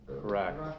Correct